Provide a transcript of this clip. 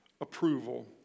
approval